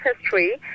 history